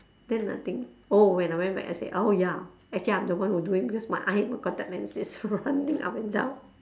then I think oh when I went back I said oh ya actually I'm the one who do it because my eye my contact lens is running up and down